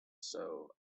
show